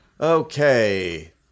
Okay